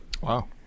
wow